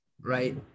Right